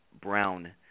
Brown